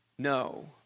No